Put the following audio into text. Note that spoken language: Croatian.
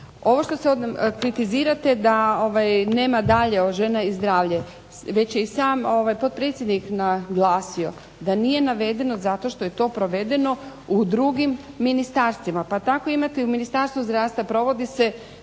Ovo što sada kritizirate da nema dalje žena i zdravlje već je i sam potpredsjednik naglasio da nije navedeno zato što je to provedeno u drugim ministarstvima, pa tako imate i u Ministarstvu zdravstva provodi se